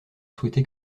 souhaité